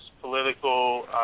political